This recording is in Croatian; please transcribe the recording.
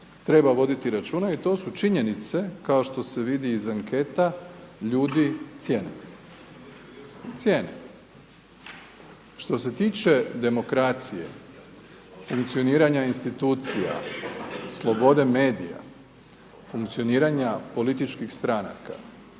treba voditi računa i to su činjenice, kao što se vidi iz anketa, ljudi cijene. Cijene. Što se tiče demokracije, funkcioniranja institucija, slobode medija, funkcioniranja političkih stranaka,